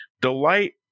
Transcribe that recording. delight